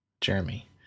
Jeremy